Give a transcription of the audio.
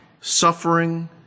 suffering